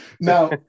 Now